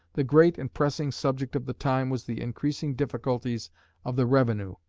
the great and pressing subject of the time was the increasing difficulties of the revenue,